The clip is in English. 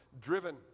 driven